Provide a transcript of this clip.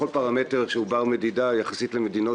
בכל פרמטר שהוא בר-מדידה יחסית למדינות